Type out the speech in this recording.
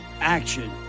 action